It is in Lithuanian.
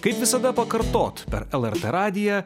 kaip visada pakartot per lrt radiją